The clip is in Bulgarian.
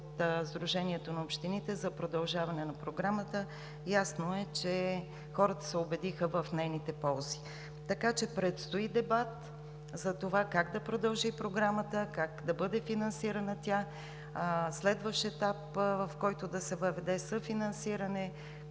Сдружението на общините за продължаване на Програмата. Ясно е, че хората се убедиха в нейните ползи. Така че предстои дебат за това как да продължи Програмата, как да бъде финансирана тя, следващ етап, в който да се въведе съфинансиране,